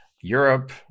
Europe